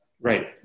Right